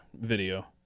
video